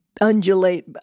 undulate